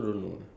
ya